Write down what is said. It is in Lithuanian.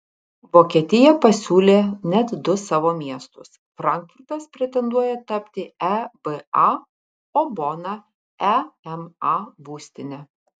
vokietija pasiūlė net du savo miestus frankfurtas pretenduoja tapti eba o bona ema būstine